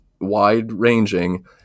wide-ranging